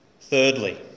Thirdly